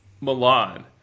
Milan